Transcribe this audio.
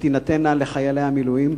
שיינתנו לחיילי המילואים.